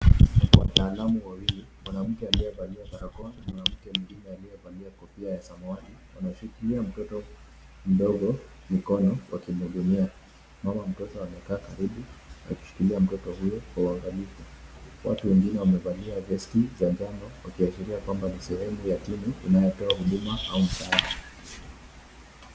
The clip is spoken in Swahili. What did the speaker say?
Wataalamu wawili, mwanamke aliyevalia barakoa na mwanamke mwingine aliyevalia kofia ya samawati, wanashikilia mtoto mdogo mikono wakimhudumia. Mama mtoto amekaa karibu akishikilia mtoto huyo kwa uangalifu. Watu wengine wamevalia vesti za njano wakiashiria kwamba ni sehemu ya timu inayotoa huduma au msaada.